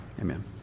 Amen